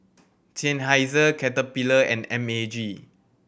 Seinheiser Caterpillar and M A G